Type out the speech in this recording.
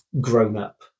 grown-up